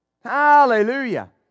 Hallelujah